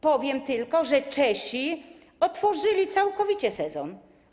Powiem tylko, że Czesi otworzyli całkowicie sezon.